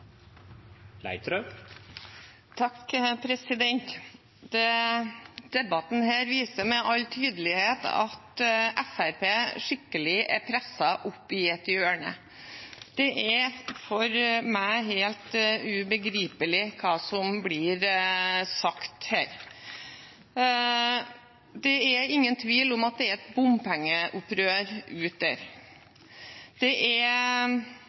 skikkelig opp i et hjørne. Det er for meg helt ubegripelig hva som blir sagt her. Det er ingen tvil om at det er et bompengeopprør der ute. Foran oss har vi en rekke nye veiprosjekter som venter, og de er